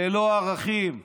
ללא ערכים.